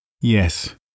Yes